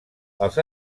als